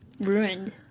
ruined